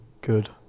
Good